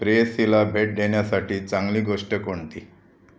प्रेयसीला भेट देण्यासाठी चांगली गोष्ट कोणती